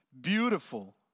beautiful